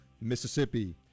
Mississippi